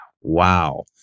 Wow